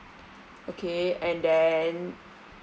okay and then